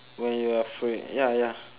when you are free ya ya